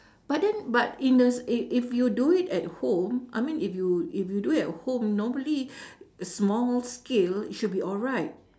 but then but in the s~ if if you do it at home I mean if you if you do it at home normally small scale it should be alright